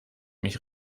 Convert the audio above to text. mich